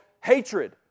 hatred